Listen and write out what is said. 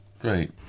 Great